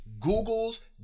Google's